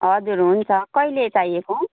हजुर हुन्छ कहिले चाहिएको